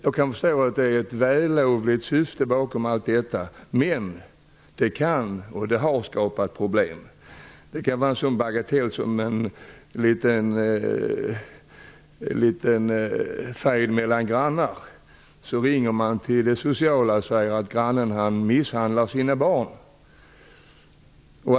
Jag kan förstå att det finns ett vällovligt syfte bakom detta, men det kan skapa -- och har skapat -- problem. Det kan gälla en sådan bagatell som en liten fejd mellan grannar. En av grannarna kan ringa till det sociala och säga att en granne misshandlar sina barn.